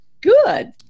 good